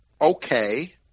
okay